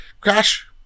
Crash